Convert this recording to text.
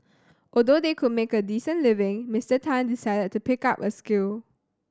although they could make a decent living Mister Tan decided to pick up a skill